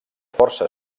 força